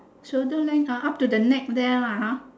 shoulder length up to the neck there lah ha